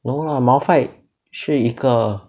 no lah malphite 是一个